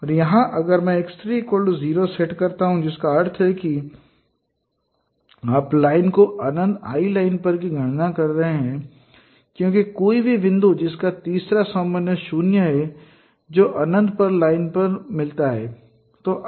और यहां अगर मैं x3 0 सेट करता हूं जिसका अर्थ है कि आप लाइन को अनंत I पर लाइन की गणना कर रहे हैं क्योंकि कोई भी बिंदु जिसका तीसरा समन्वय 0 है जो अनंत पर लाइन पर झूठ बोल रहा है